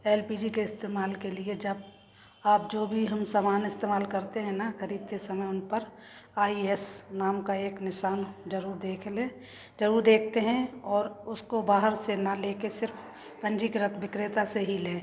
L P G के इस्तेमाल के लिए आप जो भी हम सामान इस्तेमाल करते हैना ख़रीदते समय उन पर आई एस नाम का एक निशान ज़रूर देख लें ज़रूर देखते हैं और उसको बाहर से ना ले कर सिर्फ़ पंजीकृत विक्रेता से ही लें